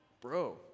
bro